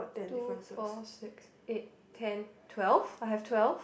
two four six eight ten twelve I have twelve